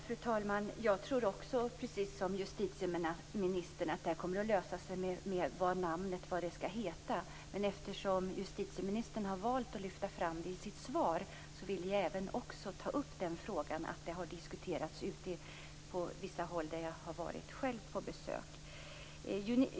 Fru talman! Jag tror liksom justitieministern att namnfrågan kommer att lösas, men eftersom justitieministern har valt att lyfta fram den i sitt svar ville jag peka på att den har diskuterats på vissa håll som jag själv har besökt.